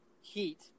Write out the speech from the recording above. Heat